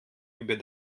über